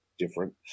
different